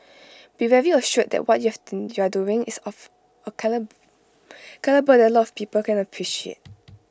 be very assured that what you're doing is of A calibre that A lot of people can appreciate